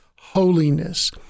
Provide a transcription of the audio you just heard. holiness